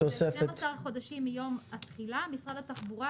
שזה 12 חודשים מיום התחילה משרד התחבורה